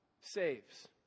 saves